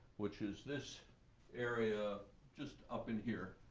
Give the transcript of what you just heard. which is this area just up in here,